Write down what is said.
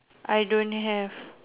I don't have